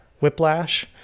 whiplash